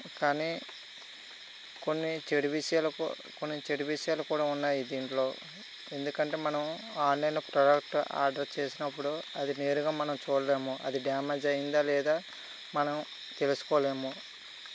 కానీ కొన్ని చెడు విషయాలకు చెడు విషయాలు కూడా ఉన్నాయి దీంట్లో ఎందుకంటే మనం ఆన్లైన్లో ప్రోడక్ట్లు ఆర్డర్ చేసినప్పుడు అది నేరుగా మనం చూడలేము అది డ్యామేజ్ అయిందా లేదా మనం తెలుసుకోలేము